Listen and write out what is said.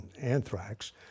anthrax